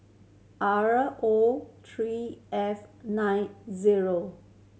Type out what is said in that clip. R O three F nine zero